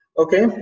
Okay